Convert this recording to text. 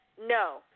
no